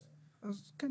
אז כן,